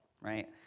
right